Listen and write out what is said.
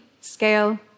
scale